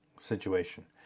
situation